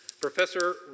Professor